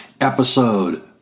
episode